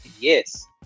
Yes